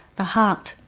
the heart,